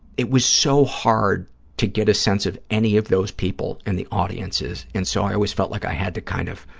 it was so hard to get a sense of any of those people in and the audiences, and so i always felt like i had to kind of,